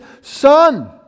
Son